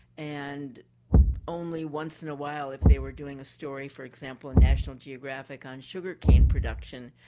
and only once in a while if they were doing a story for example in national geographic on sugar cane production,